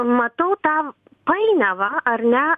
matau tą painiavą ar ne